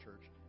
church